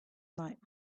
night